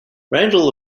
randall